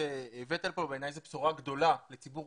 שהבאת לפה בעניין הזה בשורה גדולה לציבור